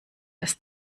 dass